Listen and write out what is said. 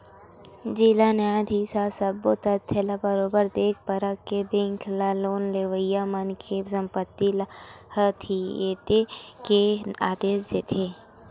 जिला न्यायधीस ह सब्बो तथ्य ल बरोबर देख परख के बेंक ल लोन लेवइया मनखे के संपत्ति ल हथितेये के आदेश देथे